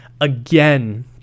again